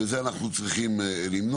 את זה אנחנו צריכים למנוע.